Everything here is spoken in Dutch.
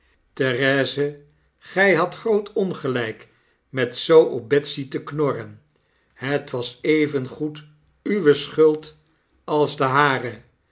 therese gy hadt groot ongelykmetzoo op betsy te knorren het was evengoed uwe schuld als de hare